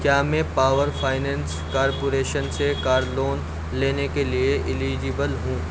کیا میں power finance corporation سے کار لون لینے کے لیے ایلیجبل ہوں